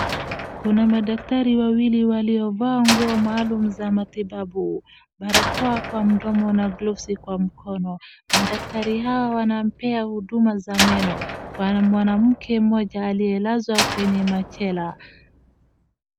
Kuna madaktari wawili waliovaa nguo maalum za matibabu, barakoa kwa mdomo na glovsi kwa mkono, madaktari hawa wanampea huduma za meno kwa mwanamke mmoja aliyelazwa kwenye machela.